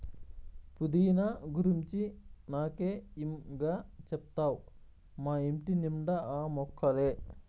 పుదీనా గురించి నాకే ఇం గా చెప్తావ్ మా ఇంటి నిండా ఆ మొక్కలే